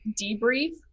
debrief